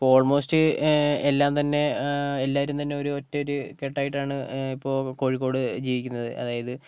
ഇപ്പോൾ ഓൾമോസ്റ്റ് എല്ലാം തന്നെ എല്ലാവരും തന്നെ ഒരു ഒറ്റൊരു കെട്ടായിട്ടാണ് ഇപ്പോൾ കോഴിക്കോട് ജീവിക്കുന്നത് അതായത്